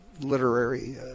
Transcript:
literary